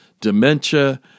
dementia